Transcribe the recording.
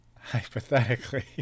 hypothetically